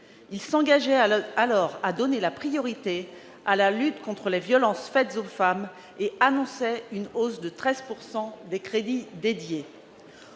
Il s'engageait alors à donner la priorité à la lutte contre les violences faites aux femmes et annonçait une hausse de 13 % des crédits qui